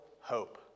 hope